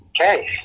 Okay